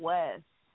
West